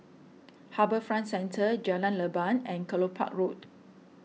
HarbourFront Centre Jalan Leban and Kelopak Road